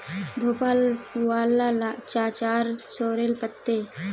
भोपाल वाला चाचार सॉरेल पत्ते